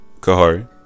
Kahari